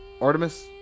Artemis